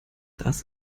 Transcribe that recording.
das